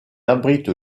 abrite